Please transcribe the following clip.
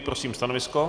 Prosím stanovisko.